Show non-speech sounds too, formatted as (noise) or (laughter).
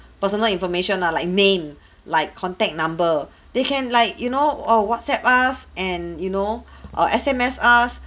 personal information are like name (breath) like contact number (breath) they can like you know or whatsapp us and you know (breath) err S_M_S us